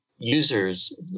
users